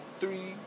three